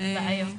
אבל מה לעשות,